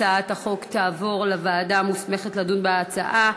הצעת החוק תעבור לוועדה המוסמכת לדון בהצעה,